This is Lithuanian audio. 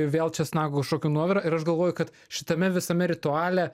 vėl česnako kažkokio nuovirą ir aš galvoju kad šitame visame rituale